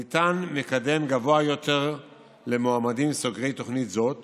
ניתן מקדם גבוה יותר למועמדים בוגרי תוכנית זאת